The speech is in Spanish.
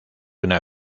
una